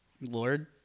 Lord